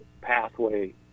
pathway